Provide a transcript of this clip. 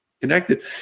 connected